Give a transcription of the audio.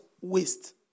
Waste